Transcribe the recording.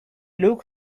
luke